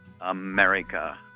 America